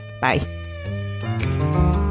Bye